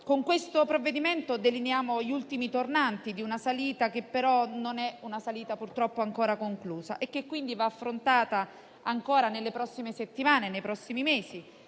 Con questo provvedimento delineiamo gli ultimi tornanti di una salita che, però, non è ancora conclusa e che, quindi, va affrontata, ancora nelle prossime settimane e nei prossimi mesi,